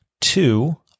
two